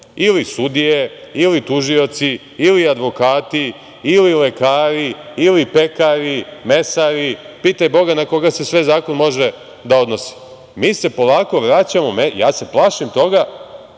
ili sudije, ili tužioci, ili advokati, ili lekari, ili pekari, mesari? Pitaj boga na koga se sve zakon može da odnosi. Mi se polako vraćamo, ja se plašim toga,